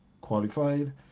qualified